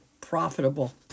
profitable